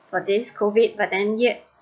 for this COVID but then yet